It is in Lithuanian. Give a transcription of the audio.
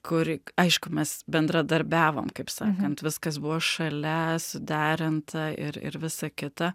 kuri aišku mes bendradarbiavom kaip sakant viskas buvo šalia s derinta ir ir visa kita